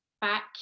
back